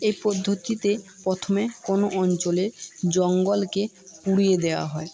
এই পদ্ধতিতে প্রথমে কোনো অঞ্চলে জঙ্গলকে পুড়িয়ে দেওয়া হয়